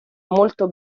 molto